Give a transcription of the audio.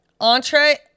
Entree